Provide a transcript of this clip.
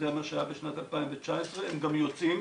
זה מה שהיה בשנת 2019. הם גם יוצאים,